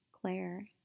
Claire